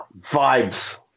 Vibes